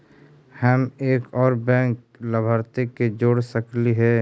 हम एक और बैंक लाभार्थी के जोड़ सकली हे?